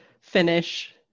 finish